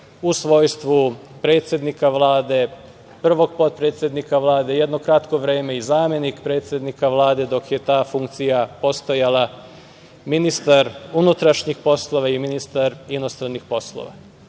u svojstvu predsednika Vlade, prvog potpredsednika Vlade, jedno kratko vreme i zamenik predsednika Vlade dok je ta funkcija postojala, ministar unutrašnjih poslova i ministar inostranih poslova.